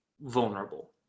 vulnerable